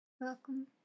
welcome